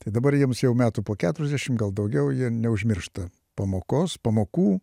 tai dabar jiems jau metų po keturiasdešim gal daugiau jie neužmiršta pamokos pamokų